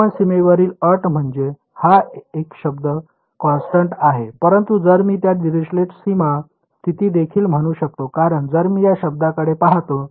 Neumann सीमेवरील अट म्हणजे हा शब्द कॉन्स्टन्ट आहे परंतु जर मी त्याला डिरिचलेट सीमा स्थिती देखील म्हणू शकतो कारण जर मी या शब्दाकडे पाहतो